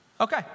okay